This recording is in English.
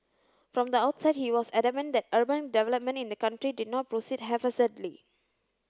from the outset he was adamant that urban development in the country did not proceed haphazardly